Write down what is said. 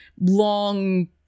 long